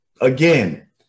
again